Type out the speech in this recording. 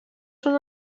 són